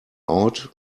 out